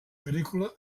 agrícola